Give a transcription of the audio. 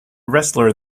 wrestler